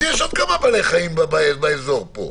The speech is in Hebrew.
אז יש עוד כמה בעלי חיים באזור פה.